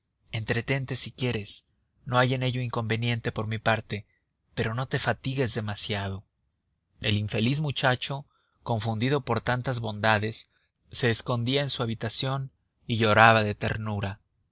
entretente si quieres no hay en ello inconveniente por mi parte pero no te fatigues demasiado el infeliz muchacho confundido por tantas bondades se escondía en su habitación y lloraba de ternura